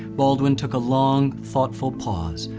baldwin took a long, thoughtful pause,